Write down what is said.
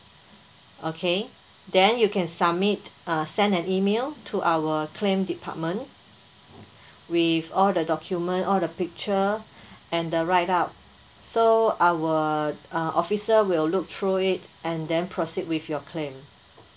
okay then you can submit uh send an email to our claim department with all the document all the picture and the write up so our uh officer will look through it and then proceed with your claim